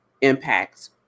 impacts